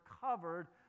covered